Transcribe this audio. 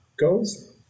goes